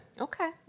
Okay